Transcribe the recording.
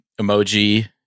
emoji